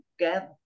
together